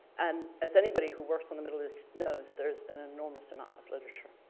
and as anybody who works on the middle east knows there's an enormous amount of literature.